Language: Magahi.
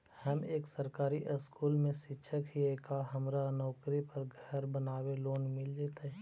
हम एक सरकारी स्कूल में शिक्षक हियै का हमरा नौकरी पर घर बनाबे लोन मिल जितै?